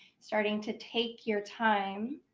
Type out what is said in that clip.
starting to take your time.